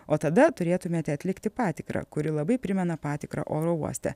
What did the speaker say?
o tada turėtumėte atlikti patikrą kuri labai primena patikrą oro uoste